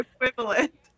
equivalent